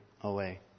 away